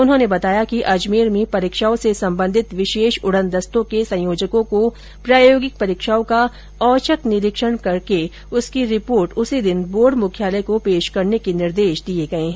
उन्होंने बताया कि अजमेर में परीक्षाओं से संबंधित विशेष उड़न दस्तों के संयोजकों को प्रायोगिक परीक्षाओं का औचक निरीक्षण करके उसकी रिपोर्ट उसी दिन बोर्ड मुख्यालय को पेश करने के निर्देश दिये गये हैं